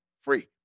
free